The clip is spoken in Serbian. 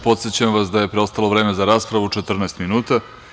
Podsećam vas da je preostalo vreme za raspravu 14 minuta.